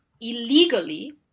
illegally